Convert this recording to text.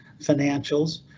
financials